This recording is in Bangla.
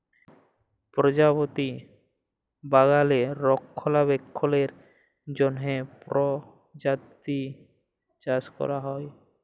পরজাপতি বাগালে রক্ষলাবেক্ষলের জ্যনহ পরজাপতি চাষ ক্যরা হ্যয়